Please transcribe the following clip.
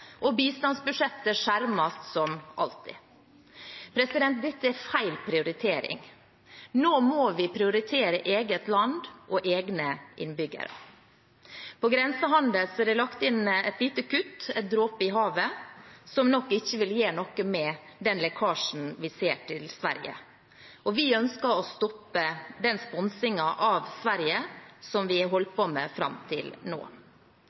og bistandsbudsjettet skjermes som alltid. Dette er feil prioritering. Nå må vi prioritere eget land og egne innbyggere. Når det gjelder grensehandel, er det lagt inn et lite kutt – en dråpe i havet – som nok ikke vil gjøre noe med den lekkasjen vi ser til Sverige. Vi ønsker å stoppe den sponsingen av Sverige som vi har holdt på med fram til nå.